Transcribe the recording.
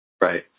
Right